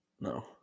No